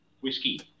whiskey